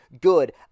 good